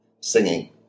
singing